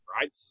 right